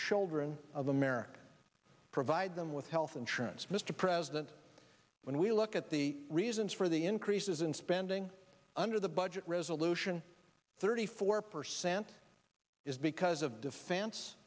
children of america provide them with health insurance mr president when we look at the reasons for the increases in spending under the budget resolution thirty four percent is because of defen